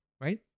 right